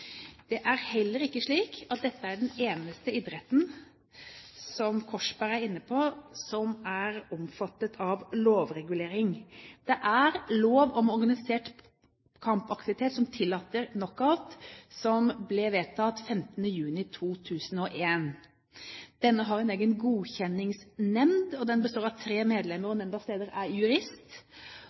Det er heller ikke slik at dette er den eneste idretten – som Korsberg var inne på – som er omfattet av lovregulering. Det er lov om organisert kampaktivitet som tillater knockout, som ble vedtatt 15. juni 2001. Denne har en egen godkjenningsnemnd. Den består av tre medlemmer, og nemndas leder er jurist.